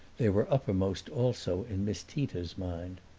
they were uppermost also in miss tita's mind.